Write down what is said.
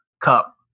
cup